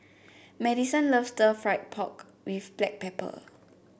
Madyson loves Stir Fried Pork with Black Pepper